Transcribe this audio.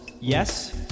yes